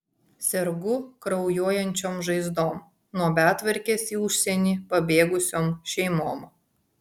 sergu kraujuojančiom žaizdom nuo betvarkės į užsienį pabėgusiom šeimom